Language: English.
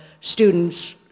students